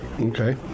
Okay